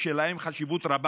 שיש להם חשיבות רבה,